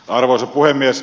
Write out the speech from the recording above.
arvoisa puhemies